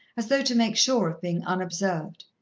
as though to make sure of being unobserved.